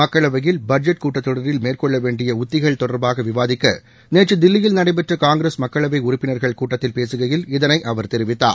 மக்களவையில் பட்ஜெட் கூட்டத்தொடரில் மேற்கொள்ள வேண்டிய உக்திகள் தொடர்பாக விவாதிக்க நேற்று தில்லியில் நடைபெற்ற காங்கிரஸ் மக்களவை உறுப்பினர்கள் கூட்டத்தில் பேசுகையில் இதனை அவர் தெரிவித்தார்